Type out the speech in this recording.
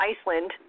Iceland